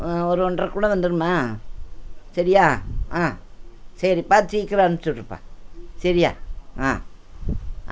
ஒரு ஒன்றைகுள்ள வந்துடுமா சரியா ஆ சரி பார்த்து சீக்கிரம் அனுமிச்சு விட்ருப்பா சரியா ஆ